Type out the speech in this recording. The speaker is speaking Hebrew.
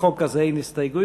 לחוק הזה אין הסתייגויות,